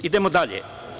Idemo dalje.